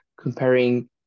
comparing